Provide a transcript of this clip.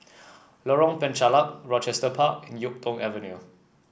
Lorong Penchalak Rochester Park and YuK Tong Avenue